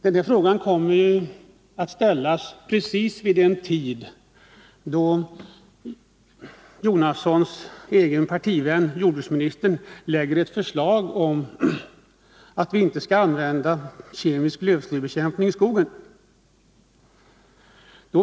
Den här frågan kom ju att ställas precis vid en tid då Bertil Jonassons egen partivän jordbruksministern lade fram ett förslag om att vi inte skall använda kemisk lövslybekämpning i skogen.